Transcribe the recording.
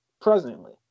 presently